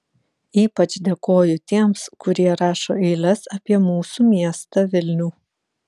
ypač dėkoju tiems kurie rašo eiles apie mūsų miestą vilnių